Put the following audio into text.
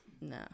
No